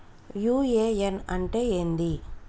UAN అంటే ఏంది?